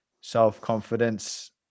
self-confidence